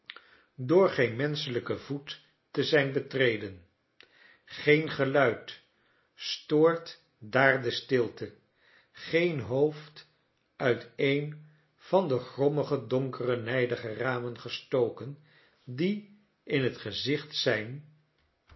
door geen menschelijken voet te zijn betreden geen geluid stoort daar de stilte geen hoofd uit een van de grommige donkere nijdige ramen gestoken die in het gezicht zijn